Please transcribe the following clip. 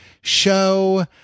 show